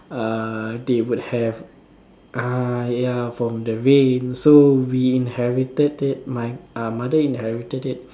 uh they would have uh ya from the rain so we inherited it my uh mother inherited it